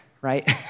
right